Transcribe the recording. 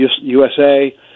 USA